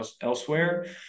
elsewhere